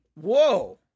Whoa